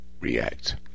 react